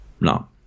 No